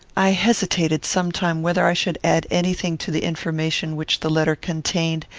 i hesitated some time whether i should add any thing to the information which the letter contained,